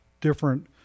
different